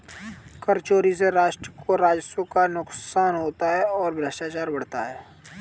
कर चोरी से राष्ट्र को राजस्व का नुकसान होता है और भ्रष्टाचार बढ़ता है